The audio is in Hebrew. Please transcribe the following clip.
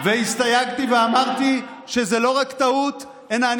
הסתייגתי ואמרתי שזה לא רק טעות אלא אני